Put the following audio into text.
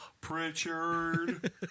Pritchard